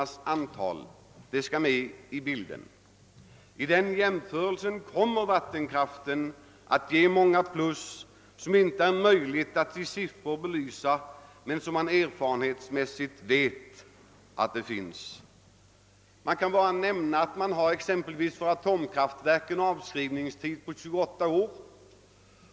De sakerna skall också med i bilden. Och vid en sådan jämförelse ger vattenkraften många plus, som inte kan belysas med siffror men som vi erfarenhetsmässigt vet om. Jag kan bara nämna att man för atomkraftverk räknar med en avskrivningstid på 28 år.